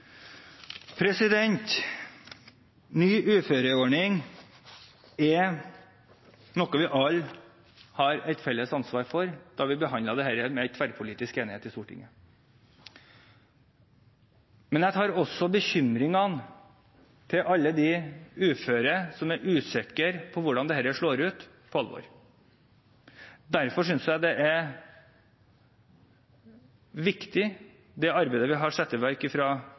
Ny uføreordning er noe vi alle har og hadde et felles ansvar for da vi behandlet dette – med tverrpolitisk enighet – i Stortinget. Men jeg tar også bekymringene til alle de uføre som er usikre på hvordan dette slår ut, på alvor. Derfor synes jeg det er viktig, det arbeidet vi har satt i gang fra